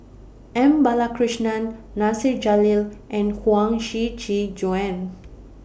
M Balakrishnan Nasir Jalil and Huang Shiqi Joan